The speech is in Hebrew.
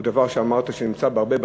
הוא דבר שאמרת שנמצא בהרבה בתים,